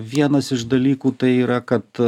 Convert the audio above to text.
vienas iš dalykų tai yra kad